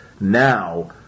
now